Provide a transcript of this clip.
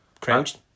Crouched